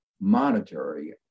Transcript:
monetary